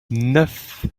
neuf